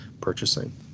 purchasing